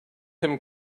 him